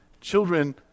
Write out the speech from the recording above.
Children